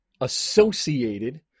associated